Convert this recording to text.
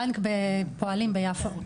בנק הפועלים ביפו.